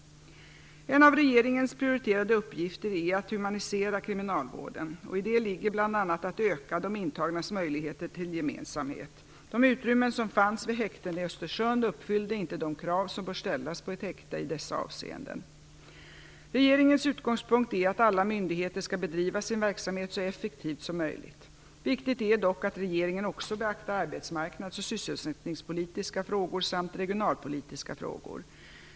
En av regeringens prioriterade uppgifter är att humanisera kriminalvården och i det ligger bl.a. att öka de intagnas möjlighet till gemensamhet. De utrymmen som fanns vid häktet i Östersund uppfyllde inte de krav som bör ställas på ett häkte i dessa avseenden. Regeringens utgångspunkt är att alla myndigheter skall bedriva sin verksamhet så effektivt som möjligt. Viktigt är dock att regeringen också beaktar arbetsmarknads och sysselsättningspolitiska frågor samt regionalpolitiska frågor.